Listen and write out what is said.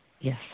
Yes